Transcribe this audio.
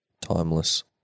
timeless